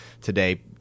today